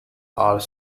are